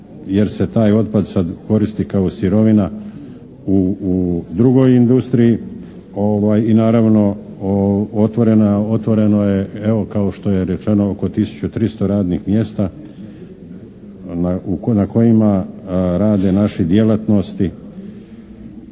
jer se taj otpad sad koristi kao sirovina u drugoj industriji. I naravno, otvoreno je, evo kao što je rečeno, oko tisuću 300 radnih mjesta na kojima rade naše djelatnosti.